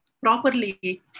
properly